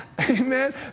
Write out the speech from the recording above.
amen